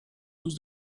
tous